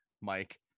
Mike